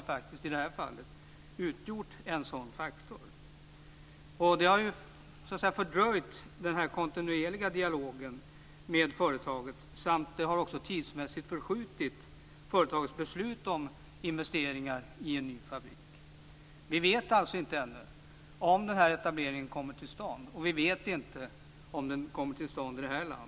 Asienkrisen har varit en faktor som fördröjt den kontinuerliga dialogen med företaget och senarelagt företagets beslut om investeringar i en ny fabrik. Vi vet ännu inte om den här etableringen kommer till stånd, och vi vet inte om den sker i vårt land.